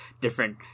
different